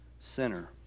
sinner